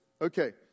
Okay